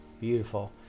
beautiful